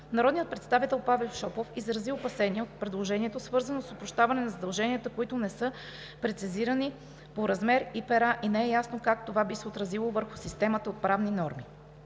Народният представител Павел Шопов изрази опасения от предложението, свързано с опрощаването на задълженията, които не са прецизирани по размер и пера, и не е ясно как това би се отразило върху системата от правни норми.